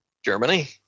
germany